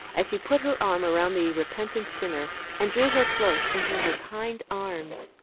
as she put her arm around the repentant sinner and drew her close into her kind arms.